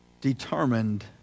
determined